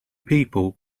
people